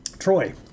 Troy